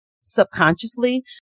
subconsciously